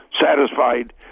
satisfied